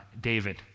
David